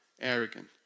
arrogant